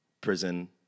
prison